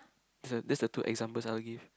that's the two examples I will give